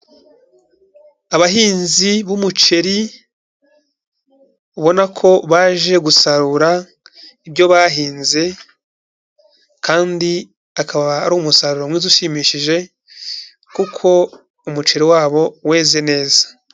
Abahinzi b'umuceri ubona ko baje gusarura ibyo bahinze, kandi akaba ari umusaruro mwiza ushimishije, kuko umuceri wabo weze neza.